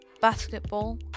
basketball